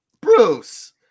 Bruce